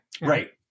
right